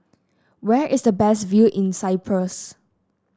where is the best view in Cyprus